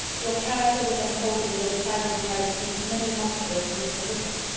your character was unfolded in the recital which i received many months ago from mr. wickham.